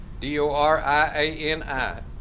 D-O-R-I-A-N-I